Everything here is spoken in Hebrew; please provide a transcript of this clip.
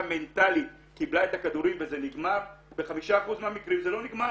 מנטאלית קיבלה את הכדורים וזה נגמר ב-5% מהמקרים זה לא נגמר.